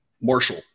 Marshall